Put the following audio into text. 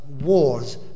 wars